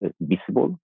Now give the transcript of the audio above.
visible